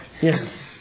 Yes